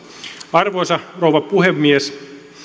arvoisa rouva puhemies